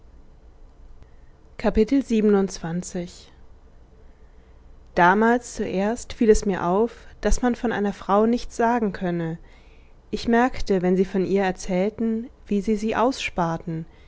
damals zuerst fiel es mir auf daß man von einer frau nichts sagen könne ich merkte wenn sie von ihr erzählten wie sie sie aussparten